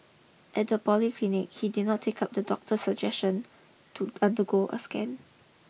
at the polyclinic he did not take up the doctor suggestion to undergo a scan